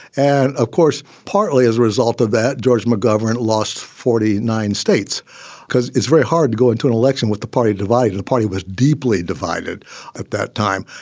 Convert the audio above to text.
and of course, partly as a result of that, george mcgovern lost forty nine states because it's very hard to go into an election with the party divided. the party was deeply divided at that time.